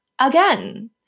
again